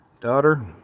Daughter